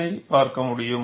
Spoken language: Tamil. ஐ பார்க்க முடியும்